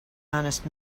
honest